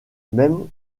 même